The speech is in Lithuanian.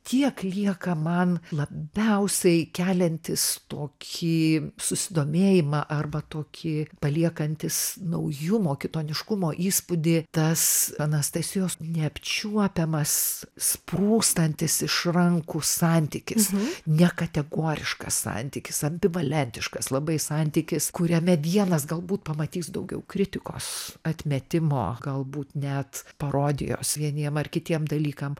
tiek lieka man labiausiai keliantis tokį susidomėjimą arba tokį paliekantis naujumo kitoniškumo įspūdį tas anastasijos neapčiuopiamas sprūstantis iš rankų santykis ne kategoriškas santykis ambivalentiškas labai santykis kuriame vienas galbūt pamatys daugiau kritikos atmetimo galbūt net parodijos vieniem ar kitiem dalykam